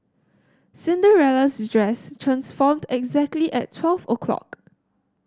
Cinderella's dress transformed exactly at twelve o'clock